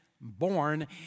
born